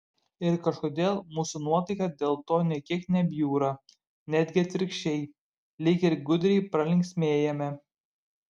ir kažkodėl mūsų nuotaika dėl to nė kiek nebjūra netgi atvirkščiai lyg ir gudriai pralinksmėjame